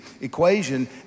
equation